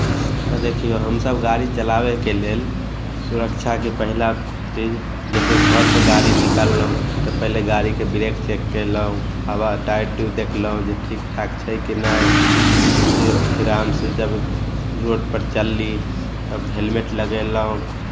तऽ देखियौ हमसभ गाड़ी चलाबयके लेल सुरक्षाके पहिला चीज जैसे घरसँ गाड़ी निकाललहुँ तऽ पहिले गाड़ीके ब्रेक चेक कयलहुँ हवा टायर ट्यूब देखलहुँ जे ठीकठाक छै कि नहि फेर फेर आरामसँ जब रोडपर चलली तब हेलमेट लगयलहुँ